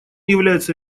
является